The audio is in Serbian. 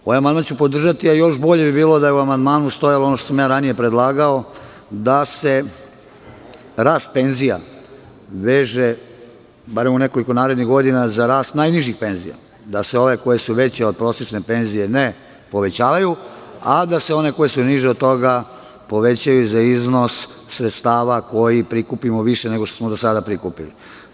Ovaj amandman ću podržati, a još bolje bi bilo da je u amandmanu stajalo ono što sam ranije predlagao, da se rast penzija veže, barem u nekoliko narednih godina, za rast najnižih penzija, da se ove koje su veće od prosečne penzije ne povećavaju, a da se one koje su niže od toga povećaju za iznos sredstava koji prikupimo više nego što smo do sada prikupili.